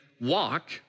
walk